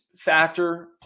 factor